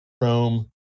Chrome